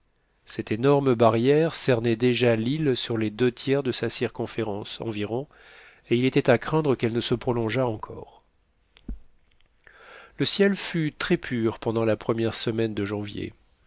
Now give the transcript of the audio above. cette énorme barrière cernait déjà l'île sur les deux tiers de sa circonférence environ et il était à craindre qu'elle ne se prolongeât encore le ciel fut très pur pendant la première semaine de janvier